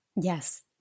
Yes